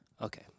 Okay